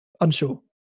unsure